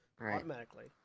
automatically